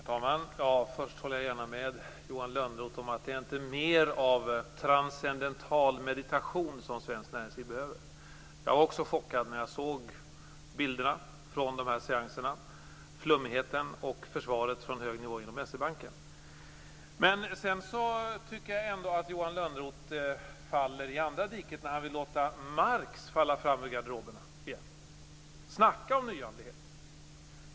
Herr talman! Jag håller gärna med Johan Lönnroth om att det inte är mer av transcendental meditation som svenskt näringsliv behöver. Också jag blev chockad när jag såg bilderna från dessa seanser över flummigheten och försvaret för denna från hög nivå inom S-E-Banken. Men sedan tycker jag ändå att Johan Lönnroth faller i andra diket när han vill plocka fram Marx ur garderoberna igen. Snacka om nyandlighet!